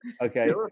Okay